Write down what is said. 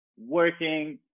working